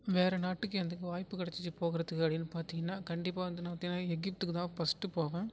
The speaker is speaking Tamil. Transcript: வேற நாட்டுக்கு எந்தக்கு வாய்ப்பு கிடச்சிச்சு போகுறத்துக்கு அப்படீன்னு பார்த்தீங்ன்னா கண்டிப்பாக வந்து நான் பார்த்தீங்கன்னா எகிப்துக்கு தான் ஃபர்ஸ்ட்டு போவேன்